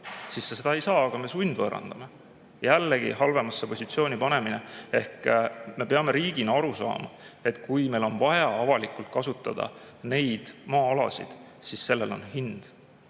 siis sa seda ei saa, aga me sundvõõrandame – jällegi halvemasse positsiooni panemine. Me peame riigina aru saama, et kui meil on vaja avalikult kasutada neid maa-alasid, siis sellel on hind,